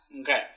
Okay